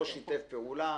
לא שיתף פעולה,